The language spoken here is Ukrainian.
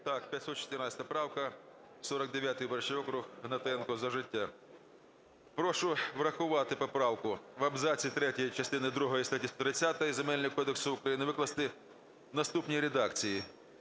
Так, 514 правка. 49 виборчий округ, Гнатенко, "За життя". Прошу врахувати поправку: "В абзаці третьому частини другої статті 130 Земельного кодексу України викласти в наступній редакції: